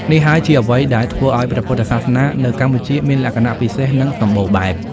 នេះហើយជាអ្វីដែលធ្វើឱ្យព្រះពុទ្ធសាសនានៅកម្ពុជាមានលក្ខណៈពិសេស និងសម្បូរបែប។